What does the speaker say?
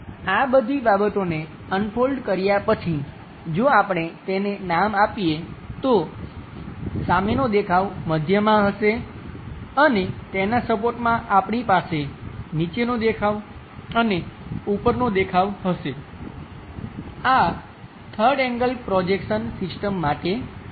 આ બધી બાબતોને અનફોલ્ડ કર્યા પછી જો આપણે તેને નામ આપીએ તો સામેનો દેખાવ મધ્યમાં હશે અને તેનાં સપોર્ટમાં આપણી પાસે નીચેનો દેખાવ અને ઉપરનો દેખાવ હશે આ 3rd એન્ગલ પ્રોજેક્શન સિસ્ટમ માટે છે